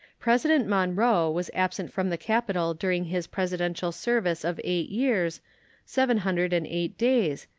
president monroe was absent from the capital during his presidential service of eight years seven hundred and eight days,